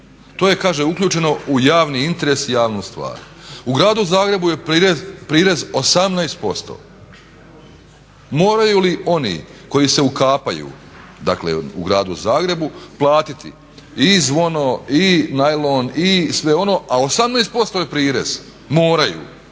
to je kaže uključeno u javni interes i javnu stvar. U Gradu Zagrebu je prirez 18%. Moraju li oni koji se ukapaju dakle u Gradu Zagrebu platiti i zvono i najlon i sve ono, a 18% je prirez? Moraju.